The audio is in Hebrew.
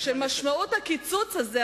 שמשמעות הקיצוץ הזה,